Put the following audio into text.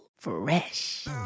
fresh